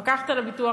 המפקחת על הביטוח